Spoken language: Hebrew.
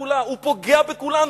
הוא פוגע בכולנו.